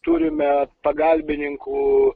turime pagalbininkų